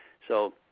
so